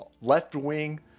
left-wing